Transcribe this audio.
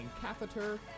catheter